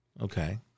Okay